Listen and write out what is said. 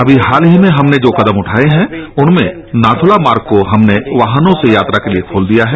अभी हाल ही में हमने जो कदम उठाए हैं उनमें नाथुला मार्ग यात्रा को हमने वाहनों से यात्रा के लिए खोल दिया है